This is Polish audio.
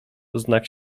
znak